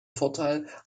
vorteil